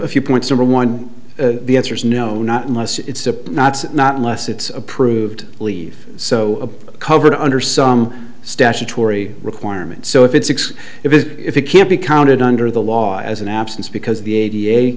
a few points or one the answer is no not unless it's a not not unless it's approved leave so covered under some statutory requirement so if it's x it is if it can't be counted under the law as an absence because the a